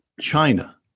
China